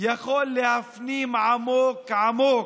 יכול להפנים עמוק עמוק: